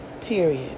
period